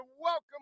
welcome